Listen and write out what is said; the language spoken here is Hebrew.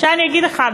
עכשיו אני אגיד לך,